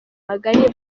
magari